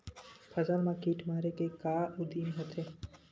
फसल मा कीट मारे के का उदिम होथे?